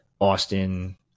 Austin